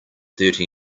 thirty